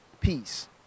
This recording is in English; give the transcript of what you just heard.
peace